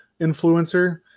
influencer